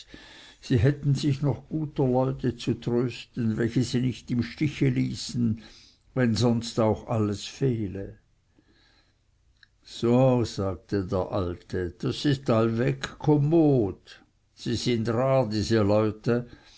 sie hätten sich noch guter leute zu trösten welche sie nicht im stiche ließen wenn sonst auch alles fehle so sagte der alte das ist allweg kommod sie sind rar diese leute